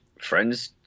friends